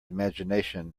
imagination